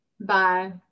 Bye